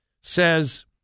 says